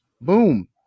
boom